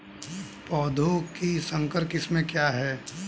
पौधों की संकर किस्में क्या हैं?